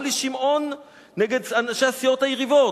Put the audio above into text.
גם לשמעון נגד אנשי הסיעות היריבות,